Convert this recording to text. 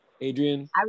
Adrian